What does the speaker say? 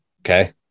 okay